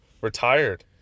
retired